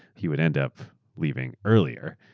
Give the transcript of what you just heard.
he would end up leaving earlier,